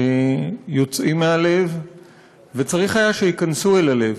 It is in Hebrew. שיוצאים מהלב וצריך היה שייכנסו אל הלב.